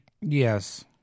Yes